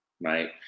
right